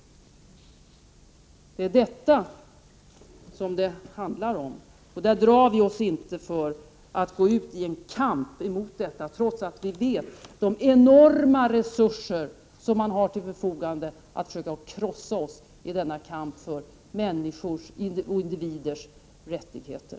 Det är detta det handlar om. Vi drar oss inte för att gå ut i kamp mot detta, trots att vi vet vilka enorma resurser man har till förfogande för att försöka krossa oss i denna kamp för människors och individers rättigheter.